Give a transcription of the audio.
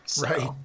Right